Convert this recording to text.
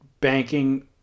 banking